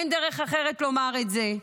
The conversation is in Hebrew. אין דרך אחרת לומר את זה.